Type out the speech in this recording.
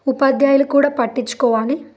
ఉపాధ్యాయులు కూడా పట్టించుకోవాలి